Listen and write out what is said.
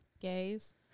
Gays